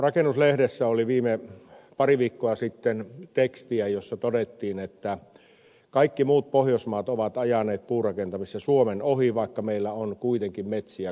rakennuslehdessä oli pari viikkoa sitten tekstiä jossa todettiin että kaikki muut pohjoismaat ovat ajaneet puurakentamisessa suomen ohi vaikka meillä on kuitenkin metsiä kaikista eniten